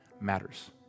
matters